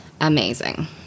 amazing